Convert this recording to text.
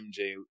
MJ